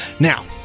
Now